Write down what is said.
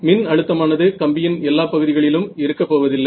மின் அழுத்தமானது கம்பியின் எல்லா பகுதிகளிலும் இருக்கப்போவதில்லை